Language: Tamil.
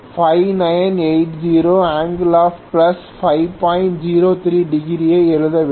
03° ஐ எழுத வேண்டும்